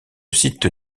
site